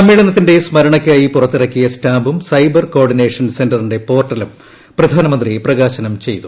സമ്മേളനത്തിന്റെ സ്മരണയ്ക്കായി പുറത്തിറക്കിയ സ്റ്റാമ്പും സൈബർ കോർഡിനേഷൻ സെന്ററിന്റെ പോർട്ടലും പ്രധാനമന്ത്രി പ്രകാശനം ചെയ്തു